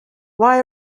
why